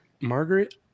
Margaret